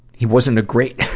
he wasn't a great